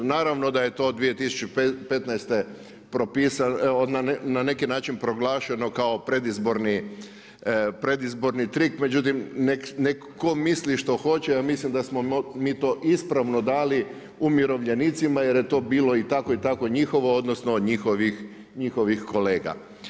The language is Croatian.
Naravno da je to 2015. propisano, na neki način proglašeno kao predizborni trik, međutim neka neko misli što hoće, ja mislim da smo mi to ispravno dali umirovljenicima jer je to bilo i tako i tako njihovo odnosno od njihovih kolega.